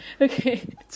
Okay